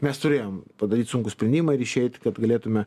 mes turėjom padaryt sunkų sprendimą ir išeit kad galėtume